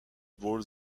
ball